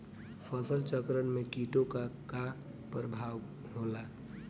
फसल चक्रण में कीटो का का परभाव होला?